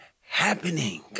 happening